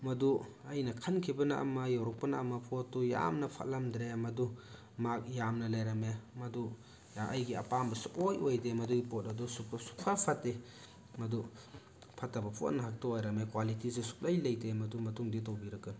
ꯃꯗꯨ ꯑꯩꯅ ꯈꯟꯈꯤꯕꯅ ꯑꯃ ꯌꯧꯔꯛꯄꯅ ꯑꯃ ꯄꯣꯠꯇꯨ ꯌꯥꯝꯅ ꯐꯠꯂꯝꯗ꯭ꯔꯦ ꯃꯗꯨ ꯃꯥꯛ ꯌꯥꯝꯅ ꯂꯩꯔꯝꯃꯦ ꯃꯗꯨ ꯑꯩꯒꯤ ꯑꯄꯥꯝꯕ ꯁꯨꯛꯑꯣꯏ ꯑꯣꯏꯗꯦ ꯃꯗꯨꯏ ꯄꯣꯠ ꯑꯗꯨ ꯁꯨꯛꯐꯠ ꯐꯠꯇꯦ ꯃꯗꯨ ꯐꯠꯇꯕ ꯄꯣꯠ ꯉꯥꯛꯇ ꯑꯣꯏꯔꯝꯃꯦ ꯀ꯭ꯋꯥꯂꯤꯇꯤꯁꯨ ꯁꯨꯛꯂꯩ ꯂꯩꯇꯦ ꯃꯗꯨ ꯃꯇꯨꯡꯗꯤ ꯇꯧꯕꯤꯔꯛꯀꯅꯨ